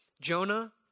Jonah